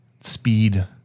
speed